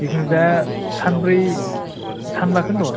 जेखुनु जाया सानब्रै सानबाखौनोथ'